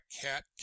cat